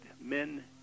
men